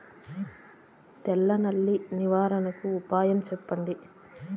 తెల్ల నల్లి నివారణకు ఉపాయం చెప్పండి?